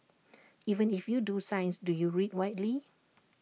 even if you do science do you read widely